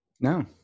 No